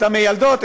את המיילדות,